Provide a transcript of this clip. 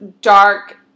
dark